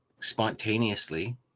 spontaneously